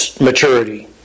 maturity